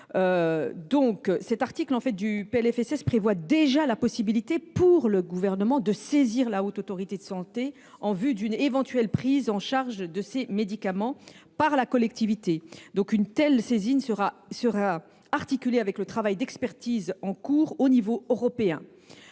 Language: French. cours. L’article 36 prévoit déjà la possibilité pour le Gouvernement de saisir la HAS en vue d’une éventuelle prise en charge de ces médicaments par la collectivité. Une telle saisine sera articulée avec le travail d’expertise en cours à l’échelon européen.